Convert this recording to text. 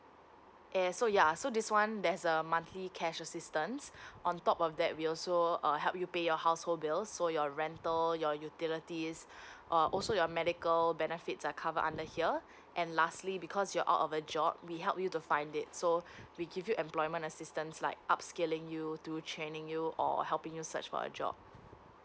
err ya so ya so this one there's a monthly cash assistance on top of that we also err help you pay your household bills so your rental your utilities uh also your medical benefits are covered under here and lastly because you're out of a job we help you to find it so we give you employment assistance like up skilling you to training you or helping you search for a job